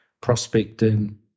prospecting